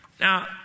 Now